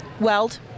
Weld